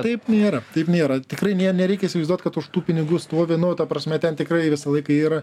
taip nėra taip nėra tikrai nereikia įsivaizduot kad už tų pinigų stovi nu ta prasme ten tikrai visą laiką yra